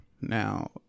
now